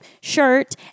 shirt